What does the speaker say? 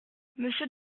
monsieur